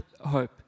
hope